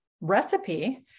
recipe